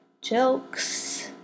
jokes